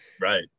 right